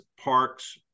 Parks